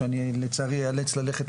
שאני לצערי אאלץ ללכת,